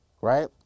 Right